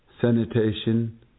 sanitation